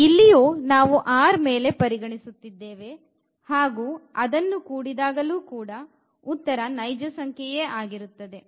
ಇಲ್ಲಿಯೂ ನಾವು R ಮೇಲೆ ಪರಿಗಣಿಸುತ್ತಿದ್ದೇವೆ ಹಾಗು ಅದನ್ನು ಕೂಡಿದಾಗಲೋ ಕೂಡ ಉತ್ತರ ನೈಜ ಸಂಖ್ಯೆಯೇ ಆಗಿರುತ್ತದೆ